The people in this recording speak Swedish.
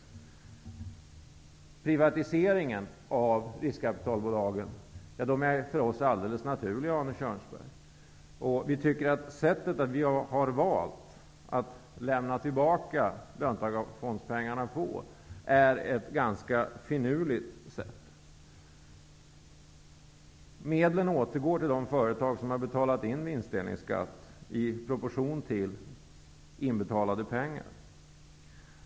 För oss är det alldeles naturligt med privatisering av riskkapitalbolagen, Arne Kjörnsberg. Det sätt som vi har valt att lämna tillbaka löntagarfondspengarna på är ganska finurligt. Medlen återgår till de företag som har betalat in vinstdelningsskatt i proportion till inbetalade pengar.